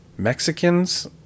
Mexicans